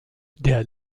der